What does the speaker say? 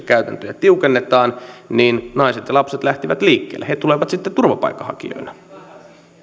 käytäntöjä tiukennetaan että naiset ja lapset lähtevät liikkeelle he tulevat sitten turvapaikanhakijoina